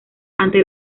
ante